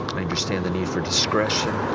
i understand the need for discretion,